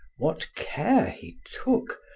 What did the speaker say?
what care he took,